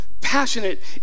passionate